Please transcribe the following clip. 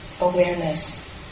awareness